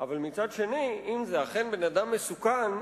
ומצד שני אמרו: אם זה אכן בן-אדם מסוכן,